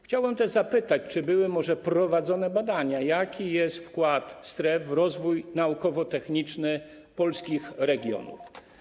Chciałbym też zapytać, czy były może prowadzone badania dotyczące tego, jaki jest wkład stref w rozwój naukowo-techniczny polskich regionów.